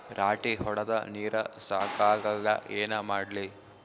ರಾಟಿ ಹೊಡದ ನೀರ ಸಾಕಾಗಲ್ಲ ಏನ ಮಾಡ್ಲಿ?